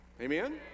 amen